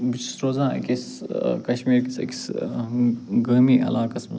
بہٕ چھُس روزان أکِس کشمیٖر کِس أکِس گٲمی علاقس منٛز